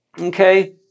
Okay